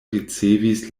ricevis